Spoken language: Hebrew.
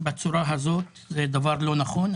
בצורה הזאת זה דבר לא נכון.